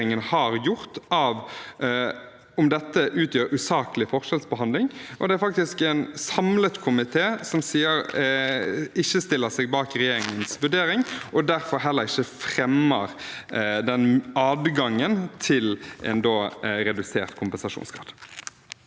har gjort av om dette utgjør usaklig forskjellsbehandling. Det er faktisk en samlet komité som ikke stiller seg bak regjeringens vurdering, og som derfor heller ikke fremmer den adgangen til en redusert kompensasjonsgrad.